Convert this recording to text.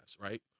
right